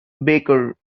baker